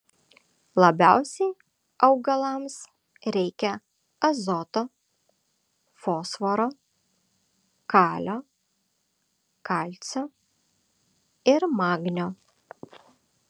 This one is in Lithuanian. labiausiai augalams reikia azoto fosforo kalio kalcio ir magnio